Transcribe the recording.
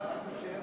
ומה אתה חושב?